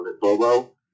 Bobo